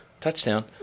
Touchdown